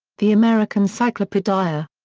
the american cyclopaedia.